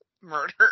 murder